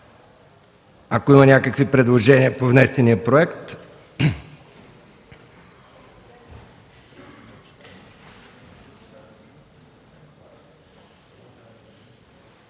ако има някакви предложения по внесения проект.